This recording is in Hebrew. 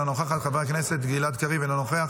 אינה נוכחת,